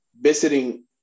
visiting